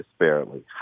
disparately